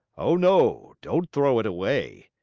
oh, no, don't throw it away!